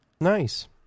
Nice